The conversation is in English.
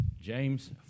James